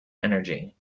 energy